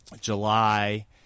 July